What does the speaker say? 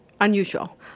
unusual